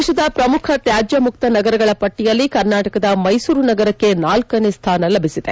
ದೇಶದ ಪ್ರಮುಖ ತ್ಯಾಜ್ಯ ಮುಕ್ತ ನಗರಗಳ ಪಟ್ಷಿಯಲ್ಲಿ ಕರ್ನಾಟಕದ ಮೈಸೂರು ನಗರಕ್ಕೆ ನಾಲ್ಕನೇ ಸ್ಥಾನ ಲಭಿಸಿದೆ